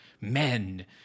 men